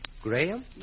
Graham